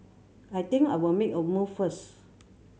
I think I'll make a move first